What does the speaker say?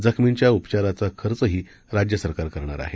जखमींच्या उपचाराची खर्वही राज्य सरकार करणार आहे